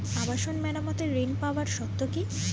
আবাসন মেরামতের ঋণ পাওয়ার শর্ত কি?